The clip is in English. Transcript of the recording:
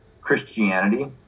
Christianity